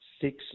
six